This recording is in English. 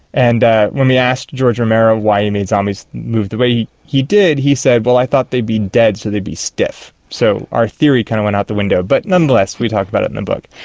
and ah when we asked george romero why he made zombies move the way he did he said, well, i thought they'd be dead so they'd be stiff. so our theory kind of went out the window. but nonetheless we talk about it in the book.